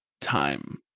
Time